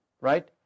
Right